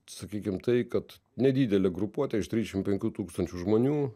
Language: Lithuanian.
sakykim tai kad nedidelė grupuotė iš trisdešim penkių tūkstančių žmonių